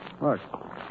Look